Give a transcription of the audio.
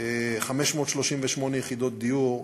538 יחידות דיור,